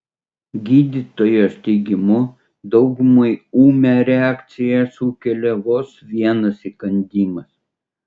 gydytojos teigimu daugumai ūmią reakciją sukelia vos vienas įkandimas